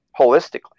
holistically